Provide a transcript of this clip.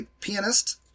pianist